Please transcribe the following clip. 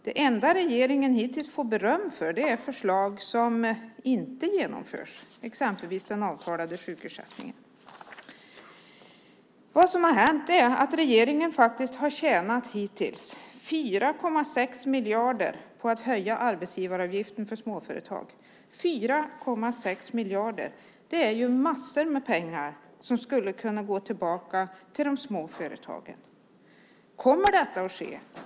Det enda regeringen hittills har fått beröm för är förslag som inte har genomförts, exempelvis den avtalade sjukersättningen. Vad som har hänt är att regeringen hittills har tjänat 4,6 miljarder på att höja arbetsgivaravgiften för småföretag. Det är massor med pengar som skulle kunna gå tillbaka till de små företagen! Kommer detta att ske?